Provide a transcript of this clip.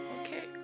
Okay